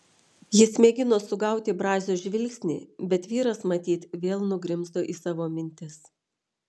jis mėgino sugauti brazio žvilgsnį bet vyras matyt vėl nugrimzdo į savo mintis